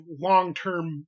long-term